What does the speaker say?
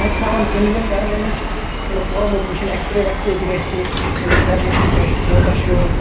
تَتہِ ترٛاوَن پِنہٕ وِنہٕ کَرَن أمِس مَطلَب تھوڑا بہت وٕچھَن ایکٕسرے ویکٕسرے تہِ گَژھِ مَطلَب کَرنَس یِم کیاہ چھُ کوٗتاہ چھُ